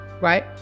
right